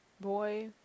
boy